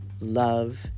love